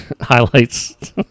highlights